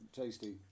tasty